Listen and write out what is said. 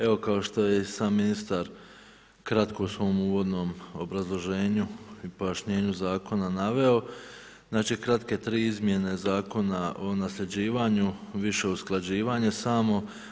Evo kao što je i sam ministar kratko u svom uvodnom obrazloženju i pojašnjenju zakona naveo znači kratke tri izmjene Zakona o nasljeđivanju više usklađivanje samo.